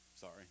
sorry